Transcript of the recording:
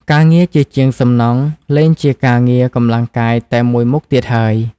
ការងារជាជាងសំណង់លែងជាការងារកម្លាំងកាយតែមួយមុខទៀតហើយ។